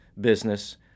business